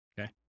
Okay